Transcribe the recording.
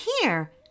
here